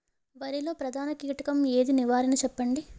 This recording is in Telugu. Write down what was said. వరిలో ప్రధాన కీటకం ఏది? నివారణ చెప్పండి?